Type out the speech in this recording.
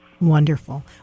Wonderful